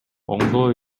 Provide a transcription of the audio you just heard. оңдоо